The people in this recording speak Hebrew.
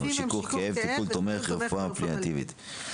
"שיכוך כאב"; "טיפול תומך (רפואה פליאטיבית)".